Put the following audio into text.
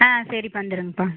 சரிபா வந்துருங்கப்பா